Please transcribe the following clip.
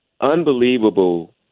unbelievable